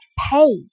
pay